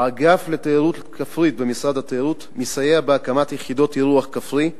האגף לתיירות כפרית במשרד התיירות מסייע בהקמת יחידות אירוח כפרי,